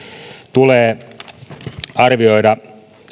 tulee